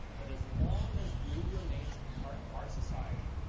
that as long as greed remains a part of our society,